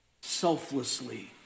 Selflessly